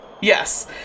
yes